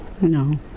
No